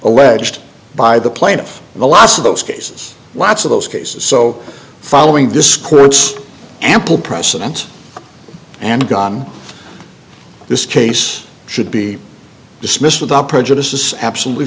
alleged by the plaintiff in the last of those cases lots of those cases so following this court's ample precedent am gone this case should be dismissed without prejudice is absolutely